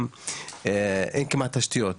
אין כמעט תשתיות.